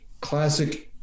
classic